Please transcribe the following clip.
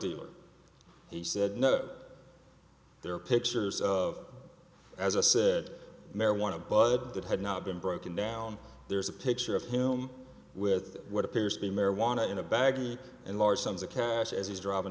dealer he said no there are pictures of as i said marijuana but that had not been broken down there's a picture of him with what appears to be marijuana in a bag and large sums of cash